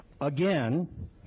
again